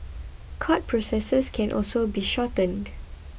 court processes can also be shortened